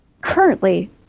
currently